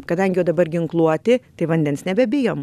kadangi jau dabar ginkluoti tai vandens nebebijom